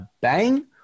Bang